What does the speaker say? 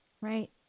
right